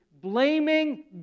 blaming